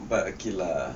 but okay lah